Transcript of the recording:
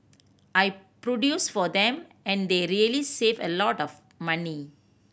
I produce for them and they really save a lot of money